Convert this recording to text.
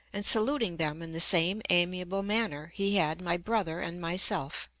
and saluting them in the same amiable manner he had my brother and myself.